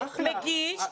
מגיש,